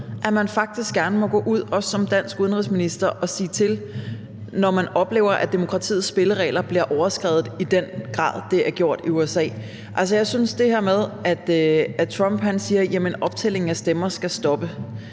at man faktisk gerne må gå ud også som dansk udenrigsminister og sige til, når man oplever, at demokratiets spilleregler bliver overskredet i den grad, det er sket i USA. Jeg synes, at det her med, at Trump siger, at optællingen af stemmer skal stoppe,